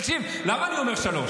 תקשיב, למה אני אומר שלוש?